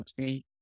okay